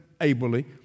ably